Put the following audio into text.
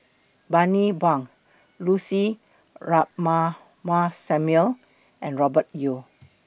Bani Buang Lucy Ratnammah Samuel and Robert Yeo